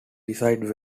decide